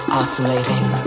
oscillating